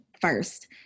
first